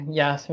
yes